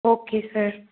okay sir